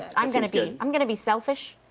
i'm gonna be, i'm gonna be selfish.